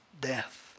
death